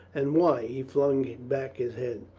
and why? he flung back his head.